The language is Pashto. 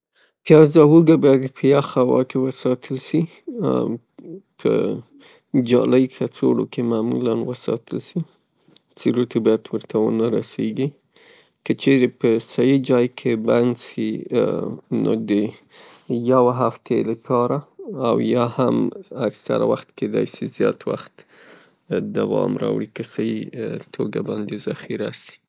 پیاز او اوږه باید په یخه هوا کې وساتل سي، په جالی کڅوړو کې معمولاً وساتل سي، څې رطوبت ورته ونه رسیږي. که چیرې په صیی ځای کې بند سي نو د یو هفتې لپاره او یا هم ، کیدای سي د زیات وخت دوام راوړي که صیی توګه باندې ذخیره سي.